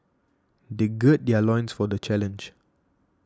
they gird their loins for the challenge